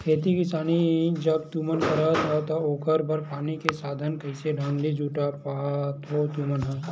खेती किसानी जब तुमन करथव त ओखर बर पानी के साधन कइसे ढंग ले जुटा पाथो तुमन ह?